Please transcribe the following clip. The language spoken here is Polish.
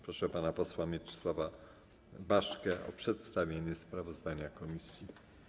Proszę pana posła Mieczysława Baszkę o przedstawienie sprawozdania komisji.